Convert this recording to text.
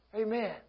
Amen